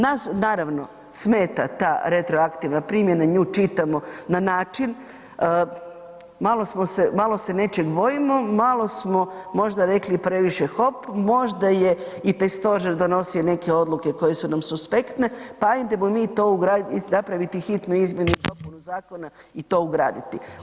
Nas naravno smeta ta retroaktivna primjena, nju čitamo na način malo se nečeg bojimo, malo smo možda rekli previše hop, možda i taj stožer donosio neke odluke koje su nam suspektne, pa ajdemo mi to ugraditi i napraviti hitnu izmjenu i dopunu zakona i to ugraditi.